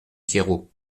pierrot